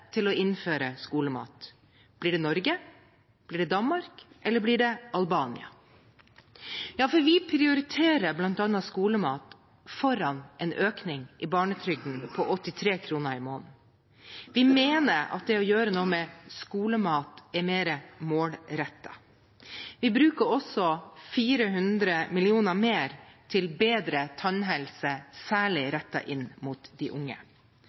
til å innføre skolemat. Blir det Norge, blir det Danmark eller blir det Albania? Vi prioriterer bl.a. skolemat foran en økning i barnetrygden på 83 kr i måneden. Vi mener at det å gjøre noe med skolemat er mer målrettet. Vi bruker også 400 mill. mer til bedre tannhelse særlig rettet inn mot de unge.